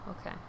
okay